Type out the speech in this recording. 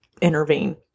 intervene